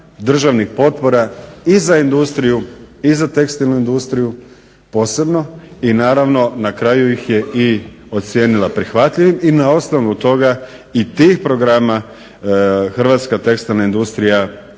državnih potpora i za industriju i za tekstilnu industriju posebno. I naravno na kraju ih je i ocijenila prihvatljivim i na osnovu toga i tih programa hrvatska tekstilna industrija